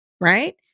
right